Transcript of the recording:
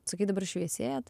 sakei dabar šviesėjat